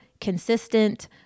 consistent